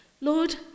Lord